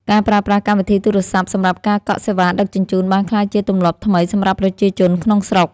ការប្រើប្រាស់កម្មវិធីទូរស័ព្ទសម្រាប់ការកក់សេវាដឹកជញ្ជូនបានក្លាយជាទម្លាប់ថ្មីសម្រាប់ប្រជាជនក្នុងស្រុក។